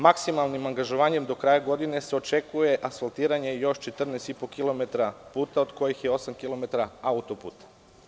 Maksimalnim angažovanjem do kraja godine se očekuje asfaltiranje još 14,5 kilometara puta, od kojih je osam kilometra autoputa.